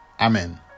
Amen